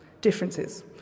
differences